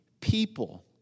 people